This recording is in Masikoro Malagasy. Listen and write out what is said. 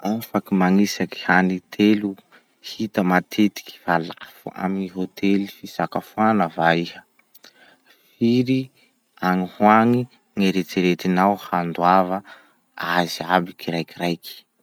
Afaky magnisaky hany telo hita matetiky fa lafo amy gny hotely fisakafoana va iha? Firy agny ho agny gn'eritseretinao handoava azy aby kiraikiraiky?